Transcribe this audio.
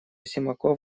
симаков